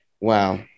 Wow